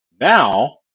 Now